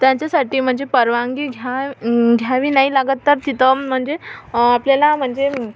त्यांच्यासाठी म्हणजे परवानगी घ्या घ्यावी नाही लागत तर तिथं म्हणजे आपल्याला म्हणजे